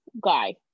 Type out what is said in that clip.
guy